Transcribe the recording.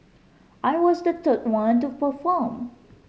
I was the third one to perform